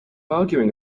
arguing